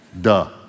Duh